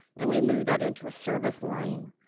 and we move that into a service line.